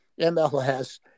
MLS